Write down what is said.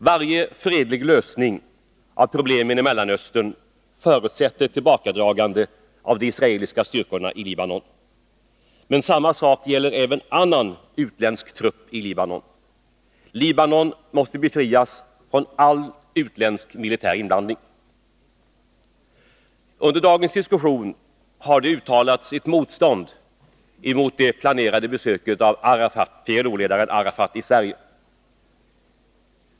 Varje fredlig lösning av problemen i Mellanöstern förutsätter tillbakadragande av de israeliska styrkorna i Libanon. Men samma sak gäller även annan utländsk trupp i Libanon. Libanon måste befrias från all utländsk militär inblandning. Under dagens diskussion har det uttalats ett motstånd mot det planerade besöket i Sverige av PLO-ledaren Arafat.